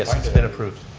it's been approved.